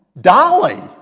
Dolly